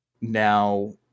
Now